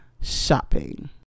shopping